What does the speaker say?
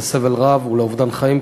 לסבל רב ולאובדן חיים,